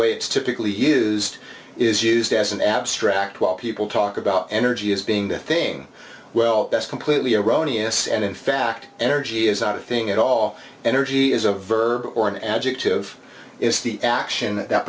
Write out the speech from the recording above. way it's typically used is used as an abstract while people talk about energy as being the thing well that's completely erroneous and in fact energy is not a thing at all energy is a verb or an adjective is the action that